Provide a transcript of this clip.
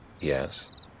Yes